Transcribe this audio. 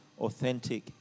authentic